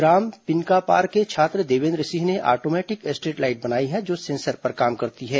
ग्राम पिनकापार के छात्र देवेन्द्र सिंह ने आटोमेटिक स्ट्रीट लाइट बनाई है जो सेंसर पर काम करती है